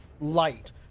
light